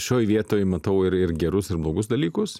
šioj vietoj matau ir ir gerus ir blogus dalykus